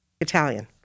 Italian